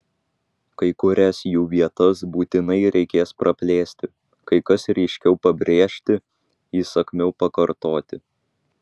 kai kurias jų vietas būtinai reikės praplėsti kai kas ryškiau pabrėžti įsakmiau pakartoti